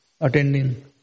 attending